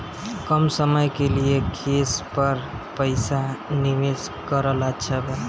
कम समय के लिए केस पर पईसा निवेश करल अच्छा बा?